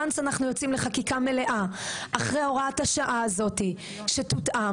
once אנחנו יוצאים לחקיקה מלאה אחרי הוראת השעה הזאת שתותאם,